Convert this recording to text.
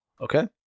Okay